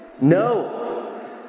No